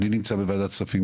אני נמצא בוועדת כספים,